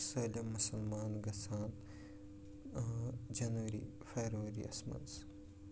سٲلِم مُسلمان گژھان جَنؤری فرؤری یَس منٛز